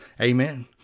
Amen